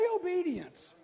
obedience